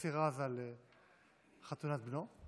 מוסי רז על חתונת בנו.